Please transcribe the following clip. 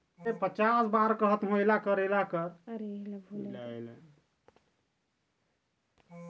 सरकार हर कोनो भी संस्था ल ओ संस्था कर बिकास बर अनुदान देथे